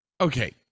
Okay